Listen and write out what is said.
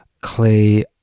clay